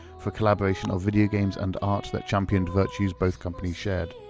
for collaboration of video games and art that championed virtues both companies shared.